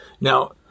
Now